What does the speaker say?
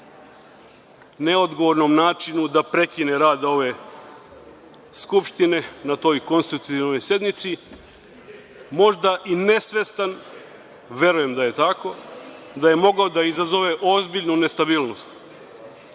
neodgovornom načinu da prekine rad ove Skupštine na toj konstitutivnoj sednici, možda i nesvestan, verujem da je tako, da je mogao da izazove ozbiljnu nestabilnost,